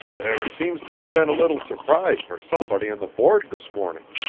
there seems to have been a little surprise for somebody on the board this morning,